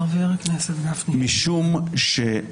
חבר הכנסת מקלב, שנייה.